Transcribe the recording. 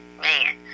man